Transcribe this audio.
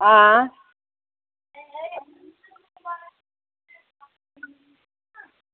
आं